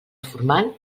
formal